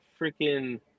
freaking